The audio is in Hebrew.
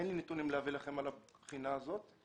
אין לי נתונים להביא לכם על הבחינה הזאת.